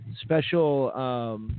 special